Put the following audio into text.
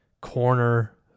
corner